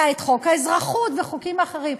היה חוק האזרחות והיו חוקים אחרים.